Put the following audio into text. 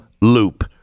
loop